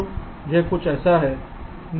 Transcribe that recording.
तो यह कुछ ऐसा है